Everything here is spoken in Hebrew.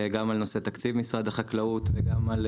גם על נושא תקציב משרד החקלאות וגם על